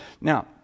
Now